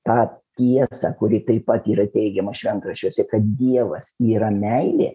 tą tiesą kuri taip pat yra teigiama šventraščiuose kad dievas yra meilė